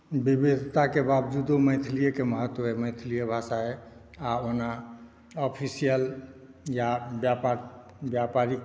विविधताके बावजूदो मैथिलीएके महत्व अइ मैथिलीए भाषा अइ आओर ओना ऑफिसियल या व्यापार व्यापारिक